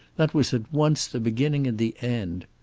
that was at once the beginning and the end.